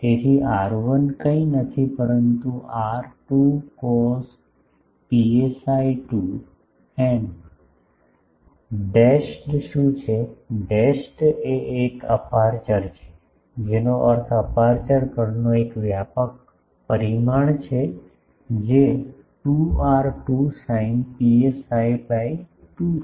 તેથી આર 1 કંઈ નથી પરંતુ આર 2 કોસ પીએસઆઈ 2 અને ડેશડ શું છે ડેશડ એ એક અપેરચ્યોર છે જેનો અર્થ અપેરચ્યોર પરનો એક વ્યાપક પરિમાણ છે જે 2 આર 2 સાઈન પીએસઆઈ બાય 2 છે